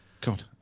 God